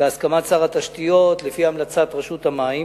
בהסכמת שר התשתיות, לפי המלצת רשות המים,